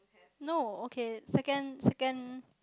no okay second second